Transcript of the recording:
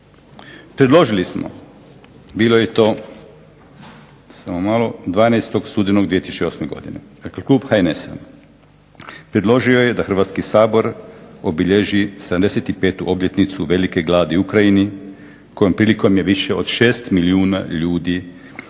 predložili smo, bilo je to 12. studenog 2008. godine, dakle klub HNS-a predložio je da Hrvatski sabor obilježi 75. obljetnicu velike gladi u Ukrajini kojom prilikom je više od 6 milijuna ljudi stradalo,